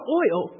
oil